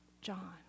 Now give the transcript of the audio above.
John